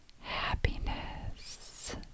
happiness